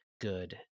good